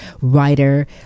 writer